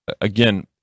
again